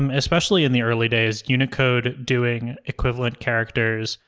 um especially in the early days unicode doing equivalent characters,